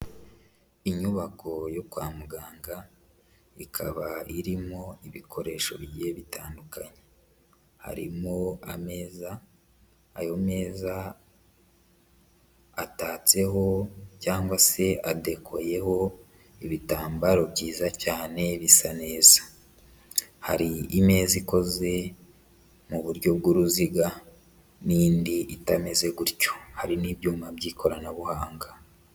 Inyubako yo kwa muganga ikaba irimo ibikoresho bigiye bitandukanye. Harimo ameza. Ayo meza atatseho cyangwa adekoyeho ibitambaro byiza cyane bisa neza. Hari imeza ikoze mu buryo bw'uruziga, hari n'indi itameze gutyo. Hari n'ibyuma by'ikoranabuhanga.